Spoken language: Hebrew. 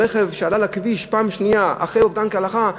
רכב שעלה לכביש פעם שנייה אחרי אובדן להלכה,